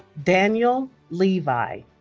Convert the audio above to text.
daniel levy